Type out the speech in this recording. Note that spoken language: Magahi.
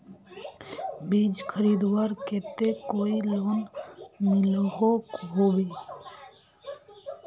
बीज खरीदवार केते कोई लोन मिलोहो होबे?